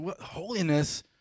Holiness